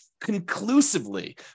conclusively